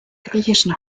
griechischen